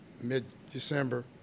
mid-December